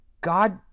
God